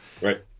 Right